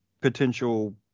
potential